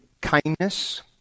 kindness